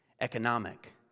economic